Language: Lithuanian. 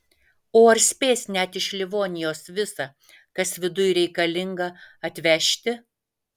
o ar spės net iš livonijos visa kas viduj reikalinga atvežti